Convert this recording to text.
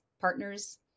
partners